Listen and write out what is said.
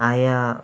ఆయా